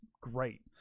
great